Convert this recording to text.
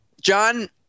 John